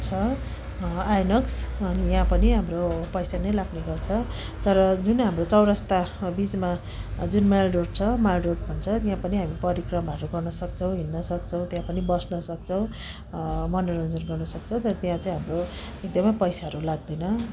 छ आइनक्स अनि यहाँ पनि हाम्रो पैसा नै लाग्ने गर्छ तर जुन हाम्रो चौरास्ता बिचमा जुन माल रोड छ माल रोड भन्छ यहाँ पनि हामी परिक्रमाहरू गर्नुसक्छौँ हिँड्नसक्छौँ त्यहाँ पनि बस्नसक्छौँ मनोरञ्जन गर्नसक्छौँ तर त्यहाँ चाहिँ हाम्रो एकदमै पैसाहरू लाग्दैन